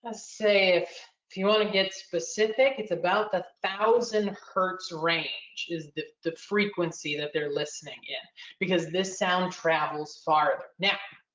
ah say, if if you want to get specific, it's about one thousand hertz range, is the the frequency that they're listening in because this sound travels farther. now